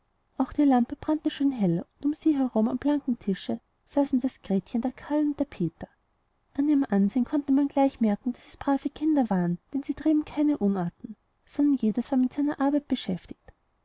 auch die lampe brannte schön hell und um sie herum an dem blanken tisch saßen das gretchen der karl und der peter an ihrem ansehen konnte man gleich merken daß es brave kinder waren denn sie trieben keine unarten sondern jedes war mit einer arbeit beschäftigt